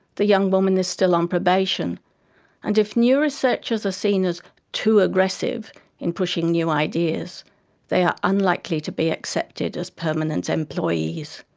the young woman is still on probation and if new researchers are seen as too aggressive in pushing new ideas they are unlikely to be accepted as permanent employees.